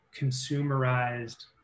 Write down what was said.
consumerized